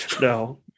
No